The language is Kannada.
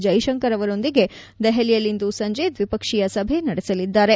ಜೈಶಂಕರ್ ಅವರೊಂದಿಗೆ ದೆಹಲಿಯಲ್ಲಿಂದು ಸಂಜೆ ದ್ವಿಪಕ್ಷೀಯ ಸಭೆ ನಡೆಸಲಿದ್ದಾರೆ